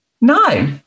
No